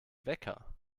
wecker